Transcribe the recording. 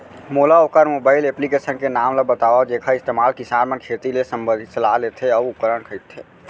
मोला वोकर mobile application के नाम ल बतावव जेखर इस्तेमाल किसान मन खेती ले संबंधित सलाह लेथे अऊ उपकरण खरीदथे?